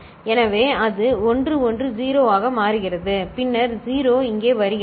எனவே அது 1 1 0 ஆக மாறுகிறது பின்னர் 0 இங்கே வருகிறது